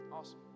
Awesome